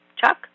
Chuck